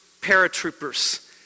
paratroopers